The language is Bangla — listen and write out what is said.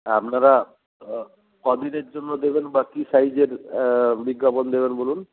আপনারা কদিনের জন্য দেবেন বা কি সাইজের বিজ্ঞাপন দেবেন বলুন